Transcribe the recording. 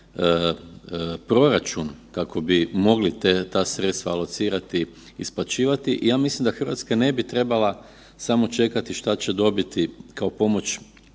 Hrvatska ne bi trebala samo čekati što će dobiti kao pomoć